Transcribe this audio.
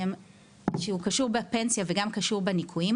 שהוא קשור בפנסיה וגם קשור בניכויים.